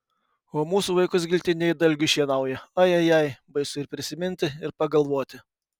o mūsų vaikus giltinė it dalgiu šienauja ai ai ai baisu ir prisiminti ir pagalvoti